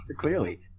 clearly